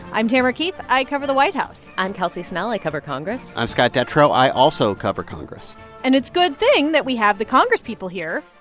i'm tamara keith. i cover the white house i'm kelsey snell. i cover congress i'm scott detrow. i also cover congress and it's good thing that we have the congress people here.